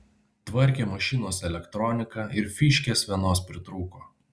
tvarkėm mašinos elektroniką ir fyškės vienos pritrūko